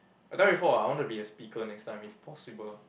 I tell you before [what] I want to be a speaker next time if possible